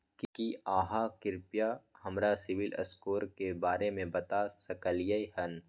की आहाँ कृपया हमरा सिबिल स्कोर के बारे में बता सकलियै हन?